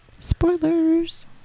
spoilers